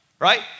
right